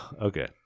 Okay